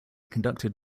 conducted